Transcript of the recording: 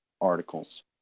articles